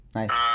Nice